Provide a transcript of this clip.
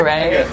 Right